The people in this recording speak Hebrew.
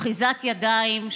אחיזת ידיים,